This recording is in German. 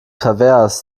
pervers